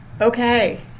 Okay